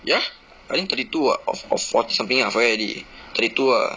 ya I think thirty two ah or or four~ fourty something ah forget already thirty two ah